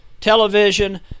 television